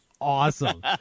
awesome